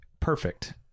Perfect